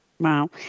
Wow